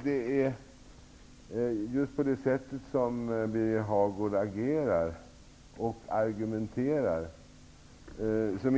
Herr talman! Det är inte minst det sätt som Birger Hagård agerar och argumenterar på som